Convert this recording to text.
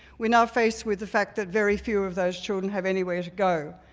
we're now faced with the fact that very few of those children have anywhere to go.